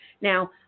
Now